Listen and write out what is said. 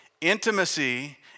Intimacy